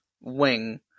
wing